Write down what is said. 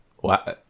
Wow